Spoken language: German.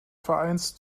vereins